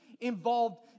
involved